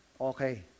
okay